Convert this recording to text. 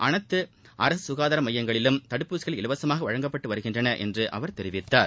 அனைத்து அரசு ககாதார மையங்களிலும் தடுப்பூசிகள் இலவசமாக வழங்கப்படுகின்றன என்று அவர் தெரிவித்தார்